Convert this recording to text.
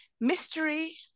Mystery